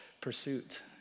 pursuit